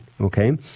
okay